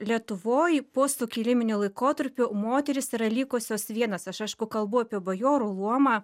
lietuvoj posukiliminiu laikotarpiu moterys yra likusios vienos aš aišku kalbu apie bajorų luomą